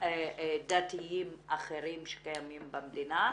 דתיים אחרים שקיימים במדינה,